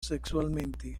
sexualmente